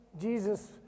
Jesus